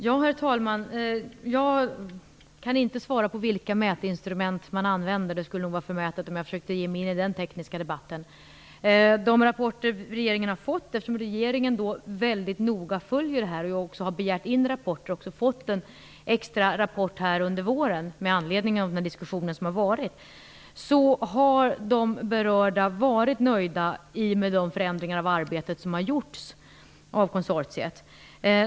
Herr talman! Jag kan inte svara på vilka mätinstrument man använder. Det skulle vara förmätet av mig att försöka ge mig in i den tekniska debatten. Regeringen följer det här väldigt noga, och jag har begärt in och också fått en extra rapport under våren med anledning av den diskussion som har förts. De berörda har varit nöjda med de förändringar av arbetet som har gjorts av konsortiet.